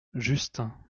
justin